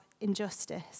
injustice